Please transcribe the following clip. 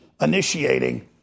initiating